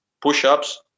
push-ups